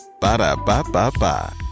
Ba-da-ba-ba-ba